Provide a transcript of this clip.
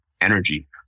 energy